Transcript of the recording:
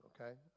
Okay